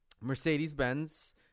Mercedes-Benz